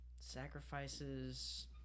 sacrifices